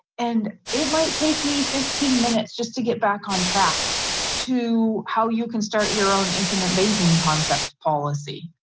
and it might take me fifteen minutes just to get back on track to how you can start your own infinite banking concept policy.